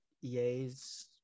Ye's